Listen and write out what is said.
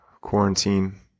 quarantine